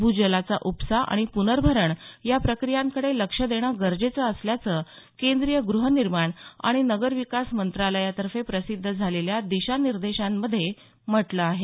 भूजलाचा ऊपसा आणि प्नर्भरण या प्रक्रियांकडे लक्ष देणं गरजेचं असल्याचं केंद्रीय ग्रहनिर्माण आणि नगरविकास मंत्रालयातर्फे प्रसिद्ध झालेल्या दिशानिर्देशांमधे म्हटलं आहे